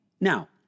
Now